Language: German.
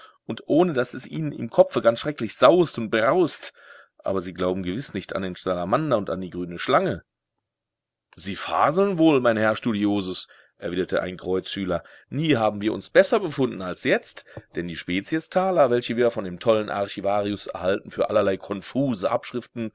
und ohne daß es ihnen im kopfe ganz schrecklich saust und braust aber sie glauben gewiß nicht an den salamander und an die grüne schlange sie faseln wohl mein herr studiosus erwiderte ein kreuzschüler nie haben wir uns besser befunden als jetzt denn die speziestaler welche wir von dem tollen archivarius erhalten für allerlei konfuse abschriften